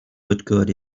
woodcourt